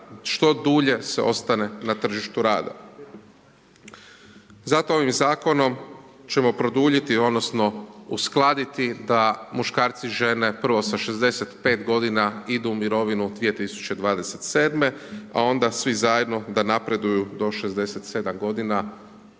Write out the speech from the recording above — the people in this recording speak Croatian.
što dulje ostane na tržištu rada. Zato ovim zakonom ćemo produljiti, odnosno, uskladiti da muškarci žene, prvo sa 65 g. idu u mirovinu 2027. a onda svi zajedno da napreduju do 67 g.